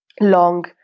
long